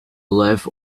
live